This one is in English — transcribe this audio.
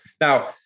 Now